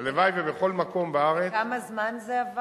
הלוואי שבכל מקום בארץ, אבל כמה זמן זה?